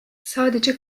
sadece